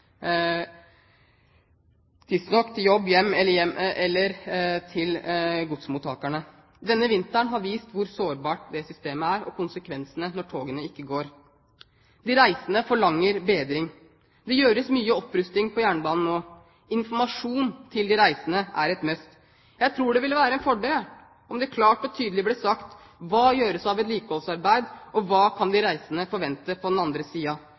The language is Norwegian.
til godsmottakene. Denne vinteren har vist hvor sårbart systemet er, og konsekvensene når togene ikke går. De reisende forlanger bedring. Det gjøres mye opprusting av jernbanen nå. Informasjon til de reisende er et must. Jeg tror det ville være en fordel om det klart og tydelig ble sagt hva som gjøres av vedlikeholdsarbeid, og, på den andre siden, hva de reisende kan forvente.